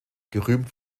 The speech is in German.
gerühmt